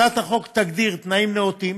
הצעת החוק תגדיר תנאים נאותים